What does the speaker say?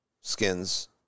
skins